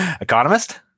Economist